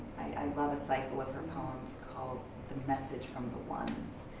i love a cycle of her poems called the message from the ones.